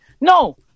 No